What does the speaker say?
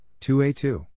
2a2